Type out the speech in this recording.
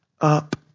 up